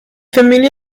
familie